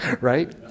right